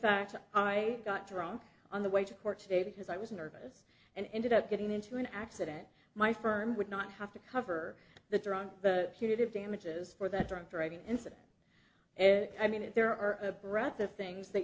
fact i got drunk on the way to court today because i was nervous and ended up getting into an accident my firm would not have to cover the drunk punitive damages for that drunk driving incident and i mean it there are a brother things that